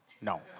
No